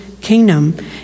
kingdom